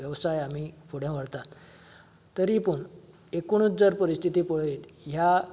वेवसाय आमी फुडें व्हरतात तरी पूण एकूणच जर परिस्थीती पळयत ह्या